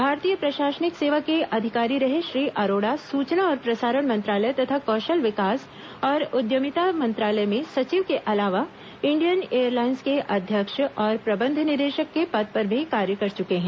भारतीय प्रशासनिक सेवा के अधिकारी रहे श्री अरोड़ा सूचना और प्रसारण मंत्रालय तथा कौशल विकास और उद्यमिता मंत्रालय में सचिव के अलावा इंडियन एयरलाइन्स के अध्यक्ष और प्रबंध निदेशक के पद पर भी कार्य कर चुके हैं